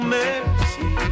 mercy